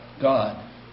God